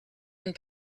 and